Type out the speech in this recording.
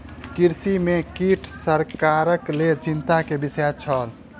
कृषि में कीट सरकारक लेल चिंता के विषय छल